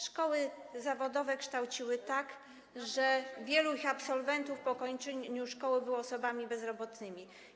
Szkoły zawodowe kształciły tak, że wielu ich absolwentów po skończeniu szkoły było osobami bezrobotnymi.